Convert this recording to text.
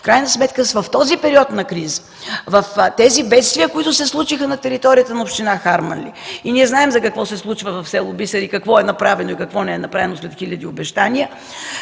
в крайна сметка в този период на криза, бедствията, случили се на територията на община Харманли – знаем какво се случва в село Бисер, какво е направено и какво не е направено след хиляди обещания,